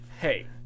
Hey